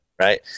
Right